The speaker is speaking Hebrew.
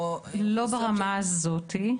או --- לא ברמה הזאת.